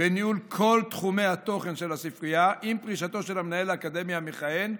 בניהול כל תחומי התוכן של הספרייה עם פרישתו של המנהל האקדמי המכהן,